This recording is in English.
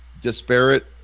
disparate